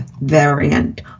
variant